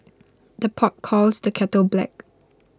the pot calls the kettle black